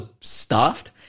stuffed